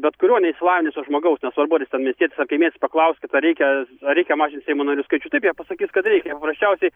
bet kurio neišsilavinusio žmogaus nesvarbu ar jis ten miestietis ar kaimietis paklauskit ar reikia reikia mažint seimo narių skaičių taip jie pasakys kad reikia paprasčiausiai